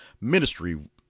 Ministry